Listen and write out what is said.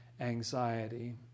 anxiety